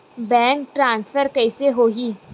Bank transfer कइसे होही?